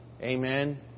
Amen